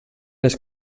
les